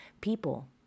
people